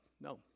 No